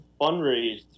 fundraised